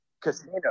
casino